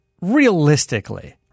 realistically